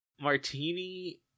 Martini